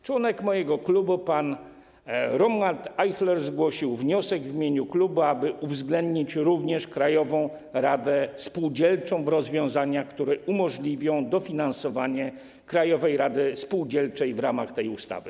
Członek mojego klubu pan Romuald Ajchler zgłosił wniosek w imieniu klubu, aby uwzględnić również Krajową Radę Spółdzielczą w rozwiązaniach, które umożliwią dofinansowanie Krajowej Rady Spółdzielczej w ramach tej ustawy.